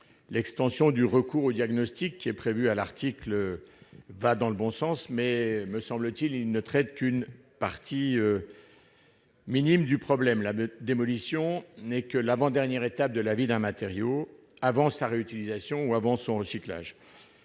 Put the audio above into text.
L'extension du recours au diagnostic, qui est prévue à l'article, va dans le bon sens, mais ne me semble traiter qu'une partie minime du problème. La démolition n'est que l'avant-dernière étape de la vie d'un matériau, avant sa réutilisation ou avant son recyclage.